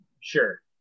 Sure